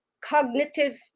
Cognitive